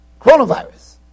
coronavirus